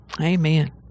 Amen